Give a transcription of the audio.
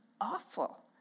awful